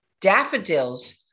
Daffodils